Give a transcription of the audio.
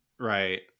Right